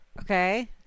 Okay